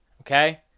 okay